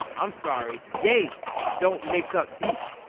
i'm sorry, ye don't make up beef.